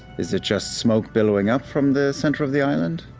is it just smoke billowing up from the center of the island?